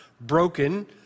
broken